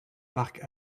parc